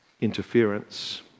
interference